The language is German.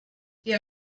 der